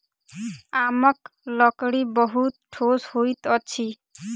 आमक लकड़ी बहुत ठोस होइत अछि